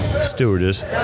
stewardess